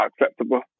acceptable